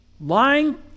Lying